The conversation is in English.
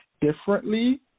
differently